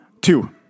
Two